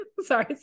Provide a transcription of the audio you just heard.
sorry